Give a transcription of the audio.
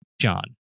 John